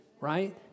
Right